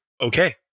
okay